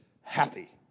happy